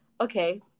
okay